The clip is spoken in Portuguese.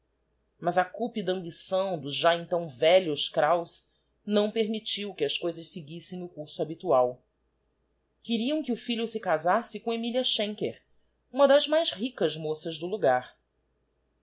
mas a cúpida ambição dos já então velhos kraus não permittiu que as coisas seguissem o curso habitual queriam que o filho se casasse com emilia schenker uma das mais ricas moças do logar